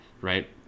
right